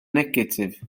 negatif